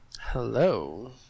Hello